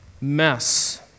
mess